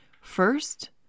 First